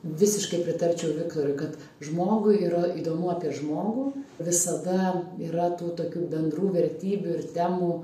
visiškai pritarčiau viktorui kad žmogui yra įdomu apie žmogų visada yra tų tokių bendrų vertybių ir temų